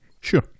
Sure